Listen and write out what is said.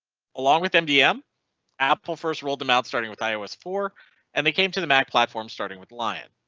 along with mdm apple first rolled them out starting with ios four and they came to the mac platform starting with lion.